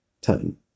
time